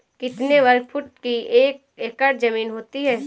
कितने वर्ग फुट की एक एकड़ ज़मीन होती है?